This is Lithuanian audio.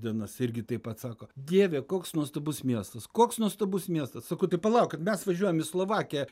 dienas irgi taip pat sako dieve koks nuostabus miestas koks nuostabus miestas sakau tai palaukit mes važiuojam į slovakiją